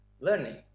learning